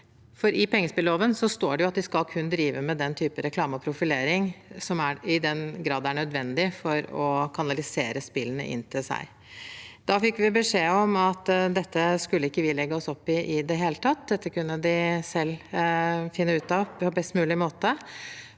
i pengespilloven står det at man kun skal drive med den type reklame og profilering i den grad det er nødvendig for å kanalisere spillene inn til seg. Da fikk vi beskjed om at dette skulle vi ikke legge oss opp i i det hele tatt, dette kunne de selv finne ut av på best mulig måte.